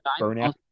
burnout